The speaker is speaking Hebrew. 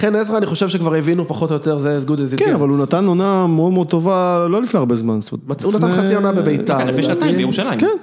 ולכן עזרא אני חושב שכבר הבינו פחות או יותר זה as good as it gets. כן, אבל הוא נתן עונה מאוד מאוד טובה לא לפני הרבה זמן, זאת אומרת. הוא נתן חצי עונה בביתר. לפני שנתיים בירושלים.